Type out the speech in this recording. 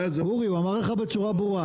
אורי הוא אמר לך בצורה ברורה,